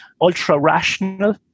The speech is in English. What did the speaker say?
ultra-rational